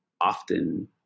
often